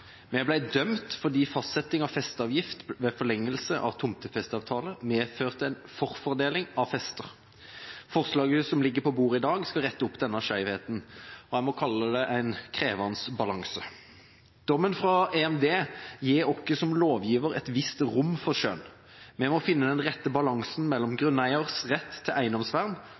Vi ble dømt fordi fastsetting av festeavgift ved forlengelse av tomtefesteavtaler medførte en forfordeling av fester. Forslaget som ligger på bordet i dag, skal rette opp denne skjevheten, og jeg må kalle det en krevende balanse. Dommen fra EMD gir oss som lovgiver et visst rom for skjønn. Vi må finne den rette balansen mellom